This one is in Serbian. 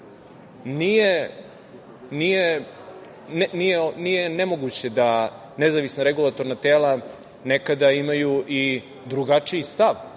Nije nemoguće da nezavisna regulatorna tela nekada imaju i drugačiji stav